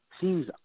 seems